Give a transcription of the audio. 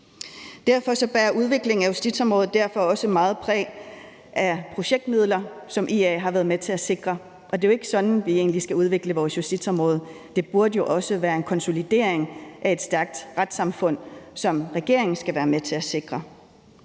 Derfor bærer udviklingen af justitsområdet også meget præg af projektmidler, som IA har været med til at sikre, og det er jo egentlig ikke sådan, vi skal udvikle vores justitsområde, men det burde jo også være en konsolidering af et stærkt retssamfund, som regeringen skal være med til at sikre.